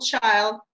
child